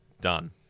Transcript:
Done